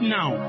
now